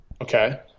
Okay